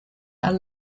are